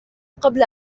قبل